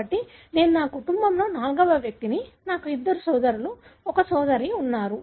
కాబట్టి నేను నా కుటుంబంలో నాల్గవ వ్యక్తిని నాకు ఇద్దరు సోదరులు ఒక సోదరి ఉన్నారు